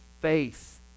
faith